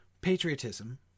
patriotism